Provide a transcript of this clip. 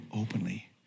openly